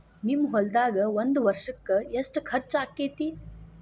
ನಿಮ್ಮ ಹೊಲ್ದಾಗ ಒಂದ್ ವರ್ಷಕ್ಕ ಎಷ್ಟ ಖರ್ಚ್ ಆಕ್ಕೆತಿ?